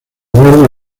eduardo